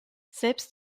selbst